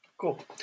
Cool